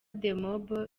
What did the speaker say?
demob